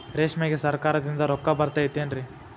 ರೇಷ್ಮೆಗೆ ಸರಕಾರದಿಂದ ರೊಕ್ಕ ಬರತೈತೇನ್ರಿ?